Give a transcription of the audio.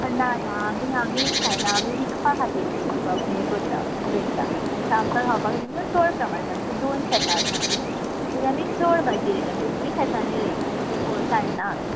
ना ना आमी आमी खायना आमी आमीच विकपा खातीर ती हे करता रोयता सो आमकां खावपाक न्ही तीचड समान रोयता आमची दोन शेतां हा न्हू सो आमी चड भाजी रोयता दोनूय शेतांनी रोयता तशे सांणणा आमी